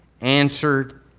answered